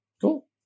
Cool